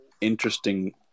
interesting